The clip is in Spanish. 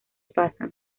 pasan